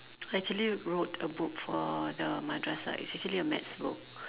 actually wrote a book for the madrasah it's actually a math book